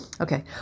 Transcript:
okay